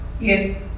Yes